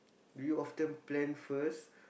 do you often plan first